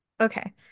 Okay